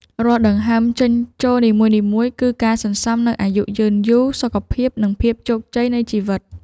រាល់ដង្ហើមចេញចូលនីមួយៗ គឺជាការសន្សំនូវអាយុយឺនយូរ សុភមង្គល និងភាពជោគជ័យនៃជីវិត។